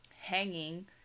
hanging